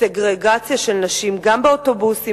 סגרגציה של נשים גם באוטובוסים,